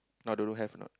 now don't know have a not